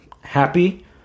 happy